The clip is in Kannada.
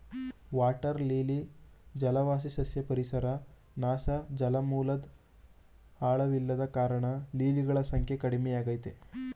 ವಾಟರ್ ಲಿಲಿ ಜಲವಾಸಿ ಸಸ್ಯ ಪರಿಸರ ನಾಶ ಜಲಮೂಲದ್ ಆಳವಿಲ್ಲದ ಕಾರಣ ಲಿಲಿಗಳ ಸಂಖ್ಯೆ ಕಡಿಮೆಯಾಗಯ್ತೆ